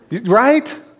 Right